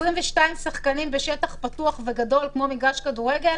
22 שחקנים בשטח פתוח וגדול כמו מגרש כדורגל,